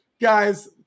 guys